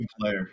player